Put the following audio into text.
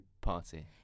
party